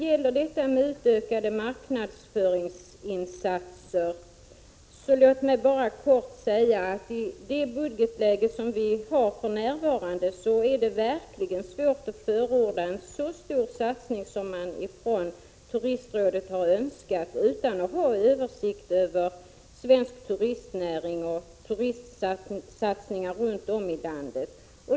I det nuvarande budgetläget är det mycket svårt att förorda en så stor satsning på marknadsföringsinsatser som Turistrådet har framfört önskemål om utan att man har en översikt över svensk turistnäring och turistsatsningar runt om i landet.